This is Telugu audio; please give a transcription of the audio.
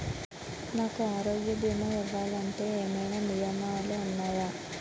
నాకు ఆరోగ్య భీమా ఇవ్వాలంటే ఏమైనా నియమాలు వున్నాయా?